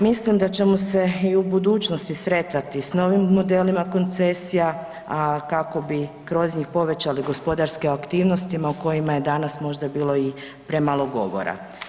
Mislim da ćemo se i u budućnosti sretati s novim modelima koncesija, a kako bi kroz njih povećali gospodarske aktivnosti o kojima je danas možda bilo i premalo govora.